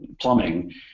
Plumbing